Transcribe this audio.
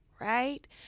right